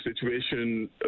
situation